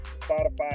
Spotify